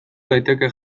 daiteke